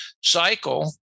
cycle